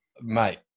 Mate